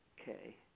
Okay